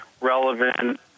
relevant